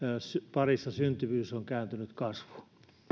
parissa syntyvyys on kääntynyt kasvuun